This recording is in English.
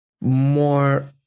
more